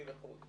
שהיא לחוד.